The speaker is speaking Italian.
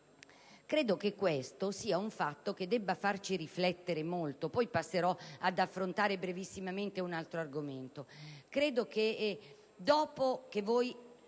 Credo che questo sia un fatto che deve farci riflettere molto (poi passerò ad affrontare brevemente un altro argomento). Credo che dopo